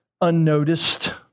Unnoticed